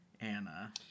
Anna